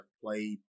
played